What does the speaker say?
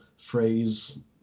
phrase